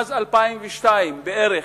מאז 2002 בערך,